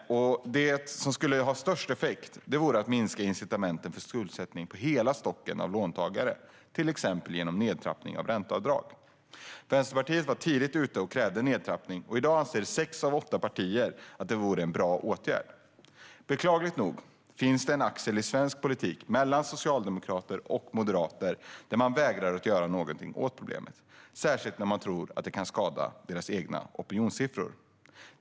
Det som skulle ha störst effekt vore att minska incitamentet för skuldsättning på hela stocken av låntagare, till exempel genom nedtrappning av ränteavdrag. Vänsterpartiet var tidigt ute och krävde en sådan nedtrappning, och i dag anser sex av åtta partier att det vore en bra åtgärd. Beklagligt nog finns det en axel i svensk politik mellan socialdemokrater och moderater som vägrar att göra något åt problemet, särskilt när de tror att det kan skada deras opinionssiffror.